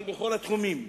אבל בכל התחומים.